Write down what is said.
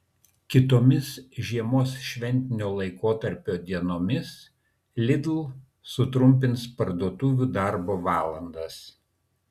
kitomis žiemos šventinio laikotarpio dienomis lidl sutrumpins parduotuvių darbo valandas